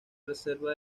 reserva